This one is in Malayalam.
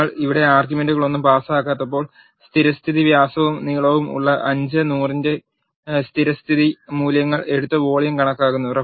നിങ്ങൾ ഇവിടെ ആർഗ്യുമെന്റുകളൊന്നും പാസാക്കാത്തപ്പോൾ സ്ഥിരസ്ഥിതി വ്യാസവും നീളവും ഉള്ള 5 100 ന്റെ സ്ഥിരസ്ഥിതി മൂല്യങ്ങൾ എടുത്ത് വോളിയം കണക്കാക്കുന്നു